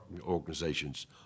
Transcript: organizations